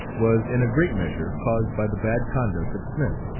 was in a great measure caused by the bad conduct of smith,